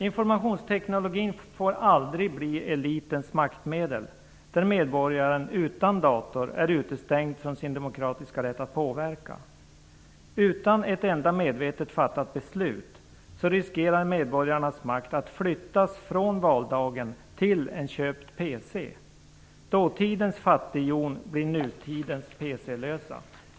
Informationstekniken får aldrig bli elitens maktmedel, där medborgaren utan dator är utestängd från sin demokratiska rätt att påverka. Utan ett enda medvetet fattat beslut riskerar medborgarnas makt att flyttas från valdagen till en köpt PC. Dåtidens fattighjon blir nutidens PC-lösa.